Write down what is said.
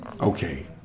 okay